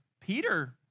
Peter